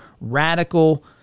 radical